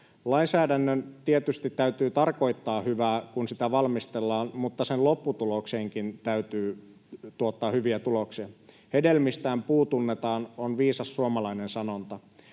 Lainsäädännön tietysti täytyy tarkoittaa hyvää, kun sitä valmistellaan, mutta sen lopputuloksenkin täytyy tuottaa hyviä tuloksia. ”Hedelmistään puu tunnetaan” on viisas suomalainen sanonta.